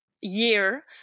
year